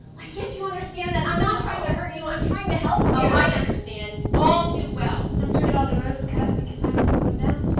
why can't you understand that? i'm not trying to hurt you, i'm trying to help you. oh, i understand all too well. once we get all the roads cut, we can finally glue them down.